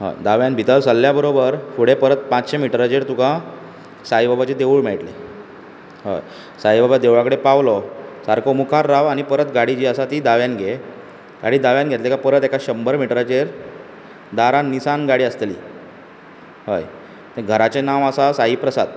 हय दाव्यान भितर सरले बरोबर फुडें परत पांचशीं मिटराचेर तुका साईबाबचे देवूळ मेळटलें हय साईबाबा देवळा कडेन पावलो सारको मुखार राव आनी परत गाडी जी आसा ती दाव्यान घे आनी दाव्यान घेतले काय परत एका शंबर मिटराचेर दारान निसान गाडी आसतली हय तें घराचें नांव आसा साई प्रसाद